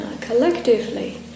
collectively